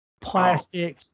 plastic